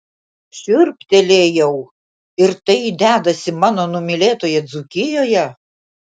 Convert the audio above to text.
šiurptelėjau ir tai dedasi mano numylėtoje dzūkijoje